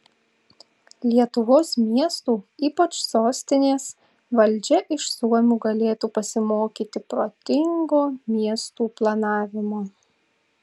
lietuvos miestų ypač sostinės valdžia iš suomių galėtų pasimokyti protingo miestų planavimo